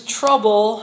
trouble